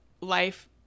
life